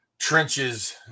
trenches